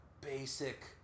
basic